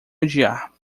odiar